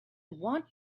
want